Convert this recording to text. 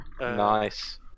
Nice